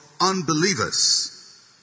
unbelievers